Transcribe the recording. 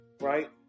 right